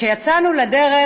כשיצאנו לדרך,